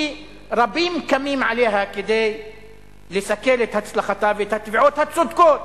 כי רבים קמים עליה כדי לסכל את הצלחתה ואת התביעות הצודקות,